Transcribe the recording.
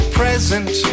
present